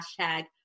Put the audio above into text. hashtag